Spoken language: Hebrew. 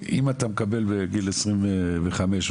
יודע איך זה מגיע בסוף לילד,